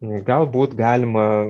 galbūt galima